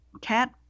cat